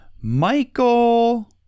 Michael